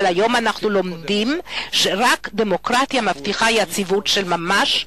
אבל היום אנחנו לומדים שרק דמוקרטיה מבטיחה יציבות של ממש,